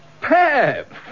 Pep